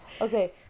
okay